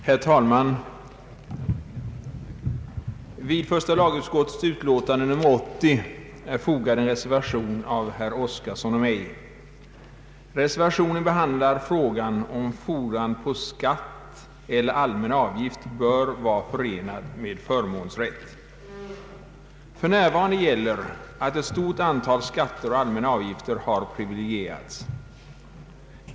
Herr talman! Vid första lagutskottets utlåtande nr 80 är fogad en reservation av herr Oskarson och mig. Reservationen behandlar frågan om fordran på skatt eller allmän avgift bör vara förenad med förmånsrätt. För närvarande gäller att ett stort antal skatter och allmänna avgifter har privilegierats.